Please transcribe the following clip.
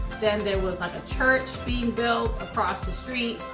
then there was a church being built across the street,